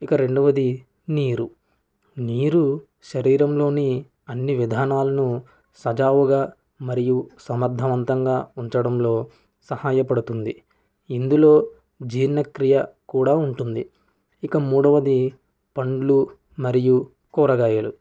ఇక రెండవది నీరు నీరు శరీరంలోని అన్ని విధానాలను సజావుగా మరియు సమర్థవంతంగా ఉంచడంలో సహాయపడుతుంది ఇందులో జీర్ణక్రియ కూడా ఉంటుంది ఇక మూడవది పండ్లు మరియు కూరగాయలు